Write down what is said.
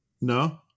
No